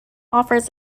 offers